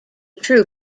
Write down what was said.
true